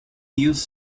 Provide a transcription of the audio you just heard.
use